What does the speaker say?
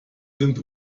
sind